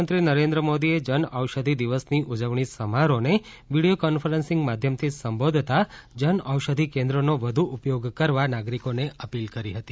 પ્રધાનમંત્રી નરેન્દ્ર મોદીએ જનૌષધિ દિવસની ઉજવણી સમારોહને વીડિયો કોન્ફરન્સિંગ માધ્યમથી સંબોધતા જનૌષધિ કેન્દ્રનો વધુ ઉપયોગ કરવા નાગરિકોને અપીલ કરી હતી